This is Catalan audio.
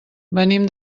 venim